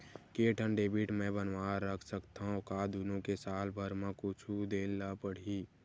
के ठन डेबिट मैं बनवा रख सकथव? का दुनो के साल भर मा कुछ दे ला पड़ही?